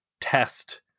test